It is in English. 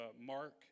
Mark